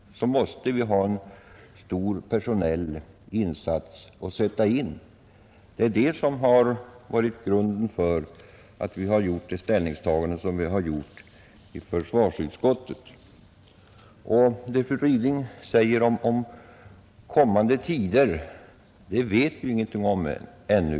Herr talman! Jag tror att meningsskiljaktigheten mellan herr Wikström och mig mycket beror på hur vi ser på de krav som alliansfriheten ställer på oss just när det gäller de bördor som vi måste lägga på våra värnpliktiga med tanke på landets försvar. Genom att vi är alliansfria och har ett stort land, som vi vill hålla fredat, måste vi ha en stor personell styrka att sätta in. Det är det som har varit grunden för det ställningstagande som vi har gjort i försvarsutskottet. Fru Ryding talar om kommande tider, men dem vet vi ingenting om ännu.